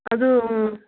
ꯑꯗꯨ